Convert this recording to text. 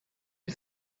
you